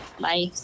Bye